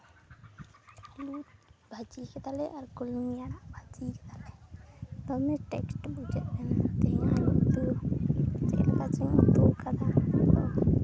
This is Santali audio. ᱟᱹᱞᱩ ᱵᱷᱟᱹᱡᱤᱭ ᱠᱟᱫᱟᱞᱮ ᱟᱨ ᱠᱩᱞᱢᱤ ᱟᱲᱟᱜ ᱵᱷᱟᱹᱡᱤᱭ ᱠᱟᱫᱟᱞᱮ ᱫᱚᱢᱮ ᱴᱮᱥᱴ ᱵᱩᱡᱷᱟᱹᱜ ᱠᱟᱱᱟ ᱛᱮᱦᱮᱧᱟᱜ ᱟᱹᱞᱩ ᱩᱛᱩ ᱪᱮᱫᱞᱮᱠᱟ ᱪᱚᱝᱤᱧ ᱩᱛᱩᱣᱟᱠᱟᱫ